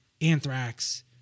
anthrax